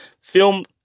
film